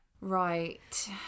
Right